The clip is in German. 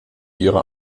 ihre